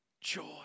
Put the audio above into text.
joy